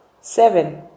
Seven